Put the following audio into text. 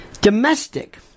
Domestic